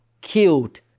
killed